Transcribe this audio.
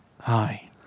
Hi